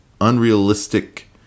unrealistic